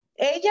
Ella